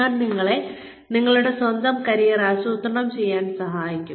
ഞാൻ നിങ്ങളെ നിങ്ങളുടെ സ്വന്തം കരിയർ ആസൂത്രണം ചെയ്യാൻ സഹായിക്കും